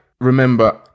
remember